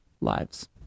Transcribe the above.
lives